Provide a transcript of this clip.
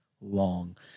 long